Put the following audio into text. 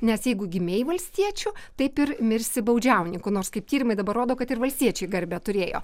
nes jeigu gimei valstiečiu taip ir mirsi baudžiauninku nors kaip tyrimai dabar rodo kad ir valstiečiai garbę turėjo